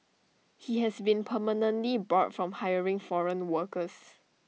he has been permanently barred from hiring foreign workers